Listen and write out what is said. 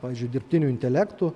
pavyzdžiui dirbtiniu intelektu